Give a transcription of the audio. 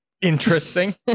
interesting